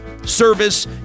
service